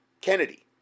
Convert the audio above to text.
Kennedy